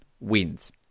wins